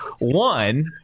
one